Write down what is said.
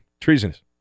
Treasonous